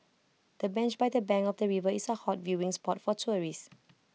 the bench by the bank of the river is A hot viewing spot for tourists